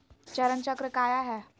चरण चक्र काया है?